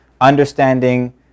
understanding